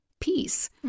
Peace